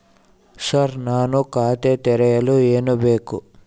Sir ನಾನು ಖಾತೆ ತೆರೆಯಲು ಏನು ಬೇಕು?